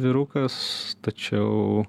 vyrukas tačiau